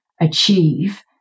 achieve